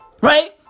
right